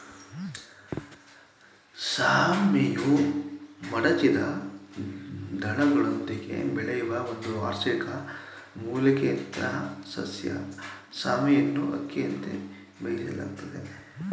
ಸಾಮೆಯು ಮಡಚಿದ ದಳಗಳೊಂದಿಗೆ ಬೆಳೆಯುವ ಒಂದು ವಾರ್ಷಿಕ ಮೂಲಿಕೆಯಂಥಸಸ್ಯ ಸಾಮೆಯನ್ನುಅಕ್ಕಿಯಂತೆ ಬೇಯಿಸಲಾಗ್ತದೆ